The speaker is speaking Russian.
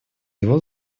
его